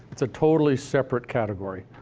it's a totally separate category.